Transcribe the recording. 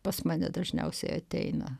pas mane dažniausiai ateina